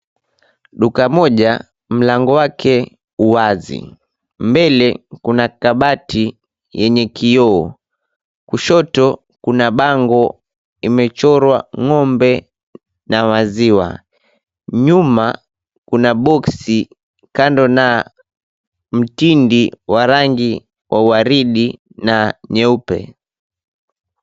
Duka moja mlango wake u wazi. Mbele kuna kabati yenye kioo. Kushoto kuna bango imechorwa ng'ombe na maziwa. Nyuma kuna boxi kando na mtindi wa rangi wa waridi na nyeupe.